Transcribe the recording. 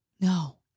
No